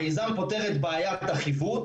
המיזם פותר את בעיית החיווט.